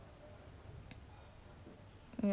okay okay